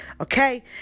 Okay